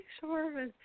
sure